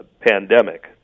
pandemic